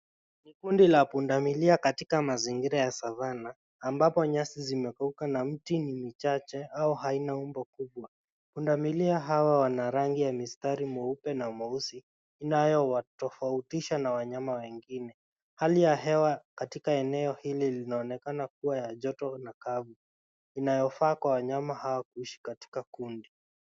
Ni kundi la pundamilia katika mazingira ya Savana ambapo nyasi zimekauka na mti ni michache au haina umbo kubwa. Pundamilia hawa wana rangi ya mistari mweupe na mweusi inayowatofautisha na wanyama wengine. Hali ya hewa katika eneo hili linaonekana kuwa ya joto na kavu inayofaa kwa wanyama hawa kuishi katika kundi.